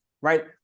Right